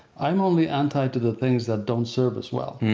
i'm only anti to the things that don't serve us well.